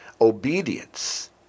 Obedience